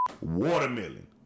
Watermelon